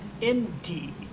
indeed